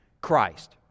Christ